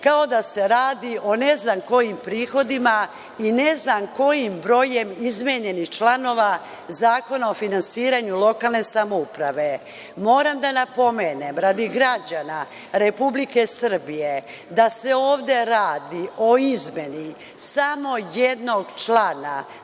kao da se radi o ne znam kojim prihodima i ne znam kojim brojem izmenjenih članova Zakona o finansiranju lokalne samouprave. Moram da napomenem radi građana Republike Srbije da se ovde radi o izmeni samo jednog člana